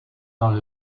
dans